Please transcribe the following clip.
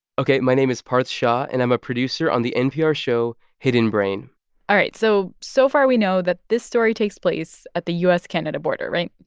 ok. my name is parth shah, and i'm a producer on the npr show hidden brain all right. so, so far, we know that this story takes place at the u s canada border, right?